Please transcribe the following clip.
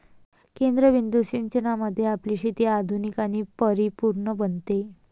केंद्रबिंदू सिंचनामुळे आपली शेती आधुनिक आणि परिपूर्ण बनते